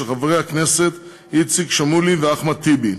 של חברי הכנסת איציק שמולי ואחמד טיבי,